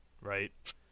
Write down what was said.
Right